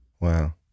Wow